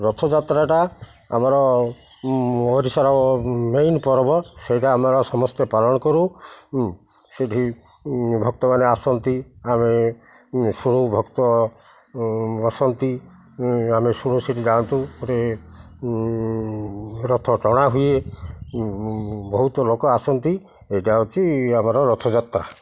ରଥଯାତ୍ରାଟା ଆମର ଓଡ଼ିଶାର ମେନ୍ ପର୍ବ ସେଇଟା ଆମର ସମସ୍ତେ ପାଳନ କରୁ ସେଠି ଭକ୍ତମାନେ ଆସନ୍ତି ଆମେ ଶୁଣୁ ଭକ୍ତ ବସନ୍ତି ଆମେ ଶୁଣୁ ସେଠି ଯାଆନ୍ତୁ ରଥ ଟଣା ହୁଏ ବହୁତ ଲୋକ ଆସନ୍ତି ଏଇଟା ହେଉଛି ଆମର ରଥଯାତ୍ରା